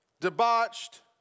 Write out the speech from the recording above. debauched